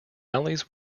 alleys